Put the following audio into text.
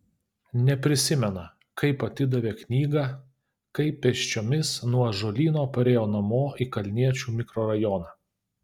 neprisimena kaip atidavė knygą kaip pėsčiomis nuo ąžuolyno parėjo namo į kalniečių mikrorajoną